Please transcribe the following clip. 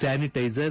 sanitiser